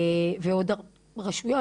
ועוד הרבה רשויות.